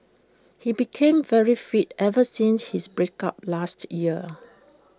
he became very fit ever since his break up last year